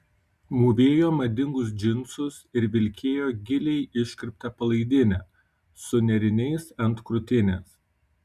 mūvėjo madingus džinsus ir vilkėjo giliai iškirptą palaidinę su nėriniais ant krūtinės